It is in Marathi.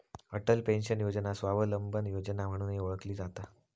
अटल पेन्शन योजना स्वावलंबन योजना म्हणूनही ओळखली जाता